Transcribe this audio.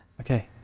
Okay